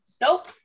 Nope